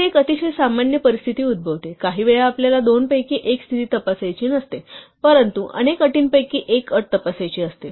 येथे एक अतिशय सामान्य परिस्थिती उद्भवते काहीवेळा आपल्याला दोनपैकी एक स्थिती तपासायची नसते परंतु अनेक अटींपैकी एक अट तपासायची असते